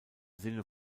sinne